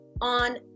on